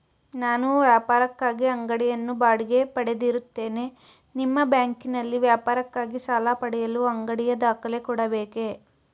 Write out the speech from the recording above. ನಾನು ವ್ಯಾಪಾರಕ್ಕಾಗಿ ಅಂಗಡಿಯನ್ನು ಬಾಡಿಗೆ ಪಡೆದಿರುತ್ತೇನೆ ನಿಮ್ಮ ಬ್ಯಾಂಕಿನಲ್ಲಿ ವ್ಯಾಪಾರಕ್ಕಾಗಿ ಸಾಲ ಪಡೆಯಲು ಅಂಗಡಿಯ ದಾಖಲೆ ಕೊಡಬೇಕೇ?